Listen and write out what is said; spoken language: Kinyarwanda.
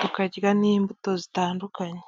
tukarya n'imbuto zitandukanye.